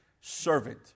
servant